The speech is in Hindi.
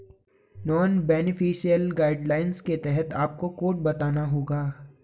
नॉन बेनिफिशियरी गाइडलाइंस के तहत आपको कोड बताना होगा